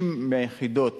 60 יחידות